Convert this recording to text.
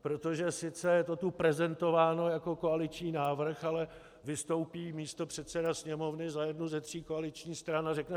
Protože sice je to tu prezentováno jako koaliční návrh, ale vystoupí místopředseda Sněmovny za jednu ze tří koaličních stran a řekne: